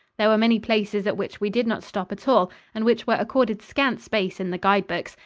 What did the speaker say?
there were many places at which we did not stop at all, and which were accorded scant space in the guide-books,